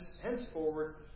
henceforward